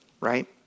right